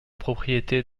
propriétés